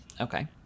okay